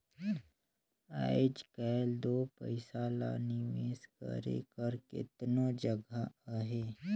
आएज काएल दो पइसा ल निवेस करे कर केतनो जगहा अहे